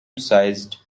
sized